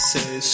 Say